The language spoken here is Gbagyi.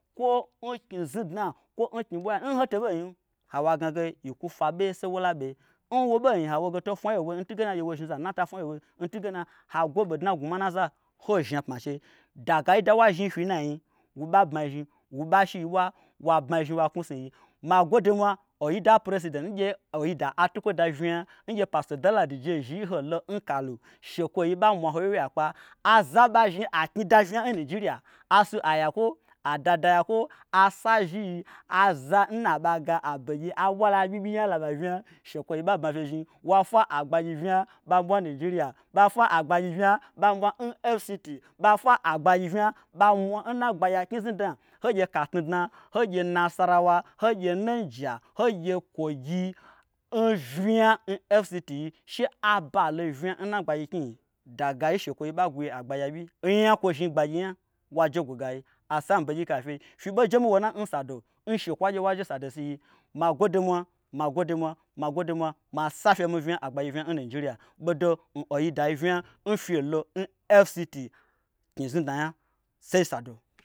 Kwo n knyi znudna kwo n knyi ɓwaya n ho tobei nyim hawo ai gnage yi kwu fwa ɓeye sai wola ɓe n wo ɓei nyi hawo ai gna hoge tei fwna awye n woin ntunge na wo zhni zanu n nata fwna awye n woin ntunge na ha gwo ɓodna n gnwuma n naza hoin zhni apma n chei, dagayi da n wa zhniyi fyi n nanyii wo ɓa gbmayi zhni. wo ɓa shiyi ɓwa wa gbmaizhni wa knwusnu n yi ma gwode n mwa oida president n gye oida atukwo da vnya n gye pasto danladi jezhi n holo n kalu shekwoyi ɓa mwa ho wyeiwyei akpa aza n ɓa zhni a knyi da vnya n nijiriya asu a yakwo. a dada yakwo asa zhii. aza n na aɓa ga aɓegyi aɓwala aɓyiɓyi nya laɓa vnya shekwoyi ɓa bma fye zhni wa fwa a gbagyi vnya ɓa mwa n nijiriya, ɓa fwa a gbagyi vnya ɓa mwa n fct,ɓa fwa a gbagyi vnya ɓa mwa n na agbagyia knyi znudna ho gye katnudna. ho gye nasarawa. ho gye niger. ho gye koggi. n vnya n fct yi shi abalo vnya n na gbagyi knyi nyi dagayi shekwoyi ɓa gwuyi agbagyi aɓyi onya nkwo zhni agbagyi nya waje gwo gayi asambegyika n fyei fye ɓei jemiwo nai n sado n shekwoa gye waje sadosi n yi magwode n mwa. magwode n mwa. magwode n mwa; masa fya mi vnya agbagyi vnya n nijiriya ɓodo n oida yi vnya n fyelo n fct knyi znudna nya sai sado.